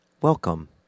welcome